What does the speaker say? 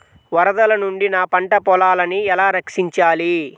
వరదల నుండి నా పంట పొలాలని ఎలా రక్షించాలి?